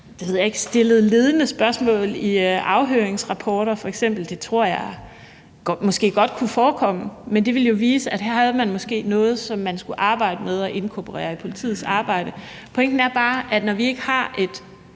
og om der bliver stillet ledende spørgsmål ved at se i afhøringsrapporter f.eks.? Det tror jeg måske godt kunne forekomme. Men det ville jo vise, at her havde man måske noget, som man skulle arbejde med at inkorporere i politiets arbejde. Pointen er bare, at når vi ikke har et